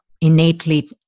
innately